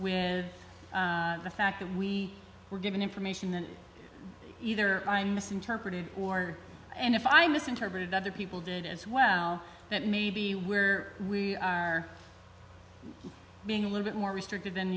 with the fact that we were given information that either i misinterpreted or and if i misinterpreted other people did as well that maybe where we are being a little bit more restrict